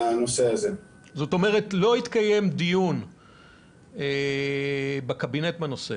זאת אומרת, לא התקיים דיון בקבינט בנושא.